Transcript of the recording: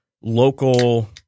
local